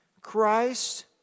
Christ